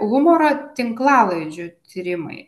humoro tinklalaidžių tyrimai